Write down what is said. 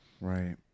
Right